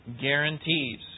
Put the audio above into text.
guarantees